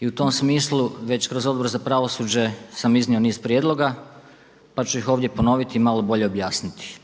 I u tom smislu već kroz Odbor za pravosuđe sam iznio niz prijedloga pa ću ih ovdje ponoviti i malo bolje objasniti.